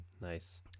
nice